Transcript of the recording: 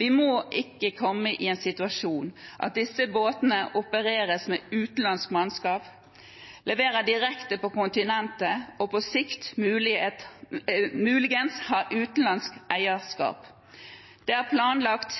Vi må ikke komme i den situasjonen at disse båtene opereres med utenlandsk mannskap, leverer direkte på kontinentet og på sikt muligens har utenlandsk eierskap. Det er planlagt